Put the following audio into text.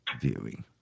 viewing